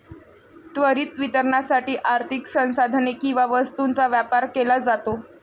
त्वरित वितरणासाठी आर्थिक संसाधने किंवा वस्तूंचा व्यापार केला जातो